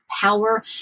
power